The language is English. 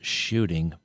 shooting